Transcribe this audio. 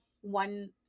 one